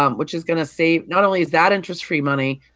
um which is going to save not only is that interest-free money,